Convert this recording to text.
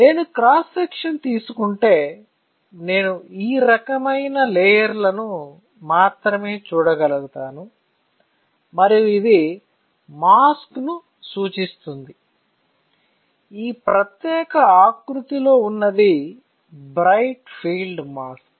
నేను cross section తీసుకుంటే నేను ఈ రకమైన లేయర్ లను మాత్రమే చూడగలుగుతాను మరియు ఇది మాస్క్ ను సూచిస్తోంది ఈ ప్రత్యేక ఆకృతిలో ఉన్నది బ్రైట్ ఫీల్డ్ మాస్క్